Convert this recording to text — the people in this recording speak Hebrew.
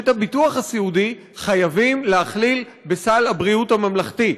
שאת הביטוח הסיעודי חייבים להכליל בסל הבריאות הממלכתי,